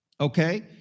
Okay